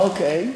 אוקיי.